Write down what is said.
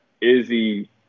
Izzy